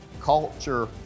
culture